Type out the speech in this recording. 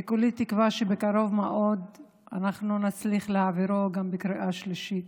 וכולי תקווה שבקרוב מאוד אנחנו נצליח להעבירו גם בקריאה שלישית.